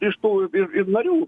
iš tų ir ir narių